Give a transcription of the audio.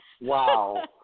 Wow